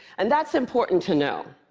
and that's important to know.